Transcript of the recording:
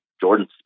Jordan